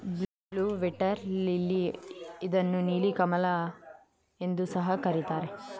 blue water lily ಇದನ್ನು ನೀಲಿ ಕಮಲ ಎಂದು ಸಹ ಕರಿತಾರೆ